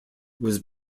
was